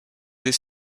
des